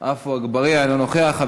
עפו אגבאריה, אינו נוכח.